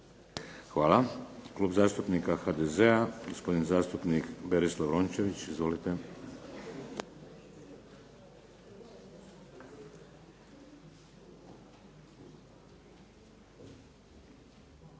Hvala. Klub zastupnika HDZ-a, gospodin zastupnik Berislav Rončević. Izvolite.